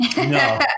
No